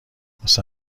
واسه